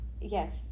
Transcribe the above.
yes